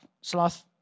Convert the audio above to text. sloth